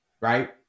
right